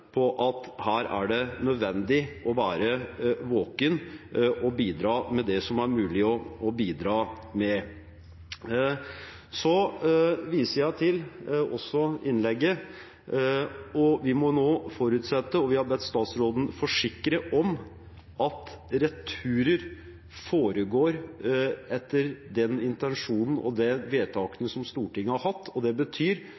på at her er det nødvendig å være våken og bidra med det som er mulig å bidra med. Jeg viser også til innlegget, og vi må nå forutsette, og vi har bedt statsråden forsikre om, at returer foregår etter den intensjonen og de vedtakene som Stortinget har gjort. Det